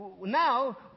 now